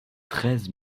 treize